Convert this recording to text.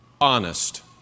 honest